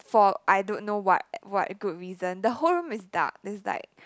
for I don't know what what good reason the whole room is dark there's like